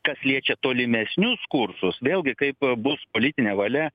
kas liečia tolimesnius kursus vėlgi kaip bus politinė valia